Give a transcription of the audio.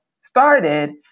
started